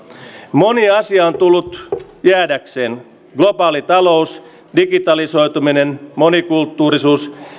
moni asia on tullut jäädäkseen globaali talous digitalisoituminen monikulttuurisuus